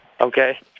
Okay